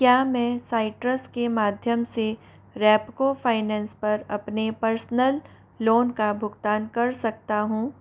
क्या मैं साइट्रस के माध्यम से रैपको फाइनेंस पर अपने पर्सनल लोन का भुगतान कर सकता हूँ